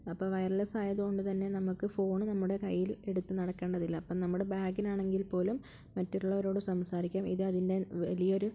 അപ്പോൾ വയർലെസ്സ് ആയതുകൊണ്ട് തന്നെ നമുക്ക് ഫോൺ നമ്മുടെ കൈയിൽ എടുത്തു നടക്കെണ്ടതില്ല അപ്പം നമ്മുടെ ബാഗിൽ ആണെങ്കിൽ പോലും മറ്റുള്ളവരോട് സംസാരിക്കാം ഇത് അതിൻ്റെ വലിയൊരു